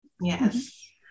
Yes